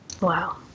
Wow